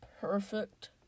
perfect